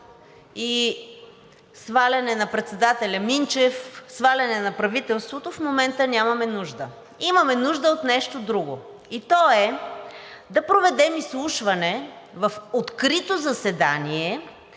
и сваляне на председателя Минчев, сваляне на правителството, в момента нямаме нужда. Имаме нужда от нещо друго и то е да проведем изслушване в откритото заседание